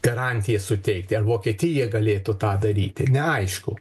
garantiją suteikti ar vokietija galėtų tą daryti neaišku